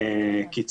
המדד